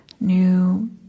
new